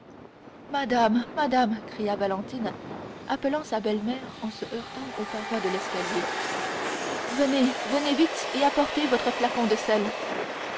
madame madame cria valentine appelant sa belle-mère en se heurtant aux parois de l'escalier venez venez vite et apportez votre flacon de sels